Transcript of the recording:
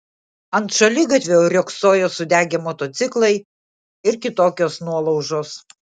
ant šaligatvio riogsojo sudegę motociklai ir kitokios nuolaužos